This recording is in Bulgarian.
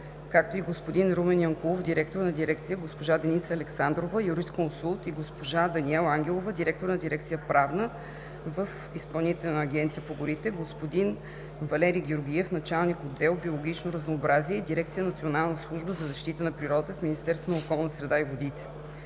горите, господин Румен Янкулов – директор на дирекция, госпожа Деница Александрова – юрисконсулт, и госпожа Даниела Ангелова – директор на дирекция „Правна“ в Изпълнителна агенция по горите, господин Валери Георгиев – началник отдел „Биологично разнообразие“ в дирекция „Национална служба за защита на природата“ в Министерството на околната среда и водите.